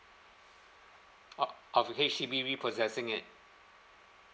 oh oh H_D_B reprocessing it